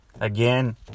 again